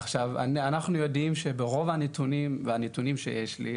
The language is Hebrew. עכשיו אנחנו יודעים שברוב המקרים ומהנתונים שיש לי,